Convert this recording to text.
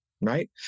right